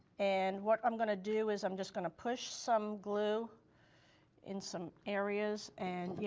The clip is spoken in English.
and what i'm going to do is i'm just going to push some glue in some areas. and yeah,